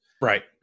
Right